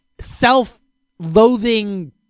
self-loathing